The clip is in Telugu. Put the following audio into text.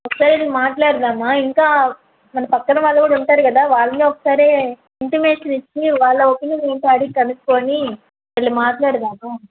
ఒకసారి వెళ్ళి మాట్లాడదామా ఇంకా వాళ్ళ పక్కన వాళ్ళు కూడా ఉంటారు కదా వాళ్ళని ఒకసారి ఇంటిమేషన్ ఇచ్చి వాళ్ళ ఒపీనియన్ ఏంటో అడిగి కనుక్కుని వెళ్ళి మాట్లాడదామా